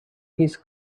his